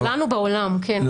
כן,